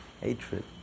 hatred